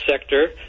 sector